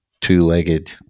two-legged